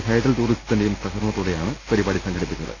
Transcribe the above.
hydel ടൂറിസ്ത്തിന്റെയും സഹകരണത്തോടെയാണ് പരിപാടി സംഘടിപിച്ചത്